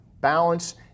balance